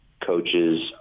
coaches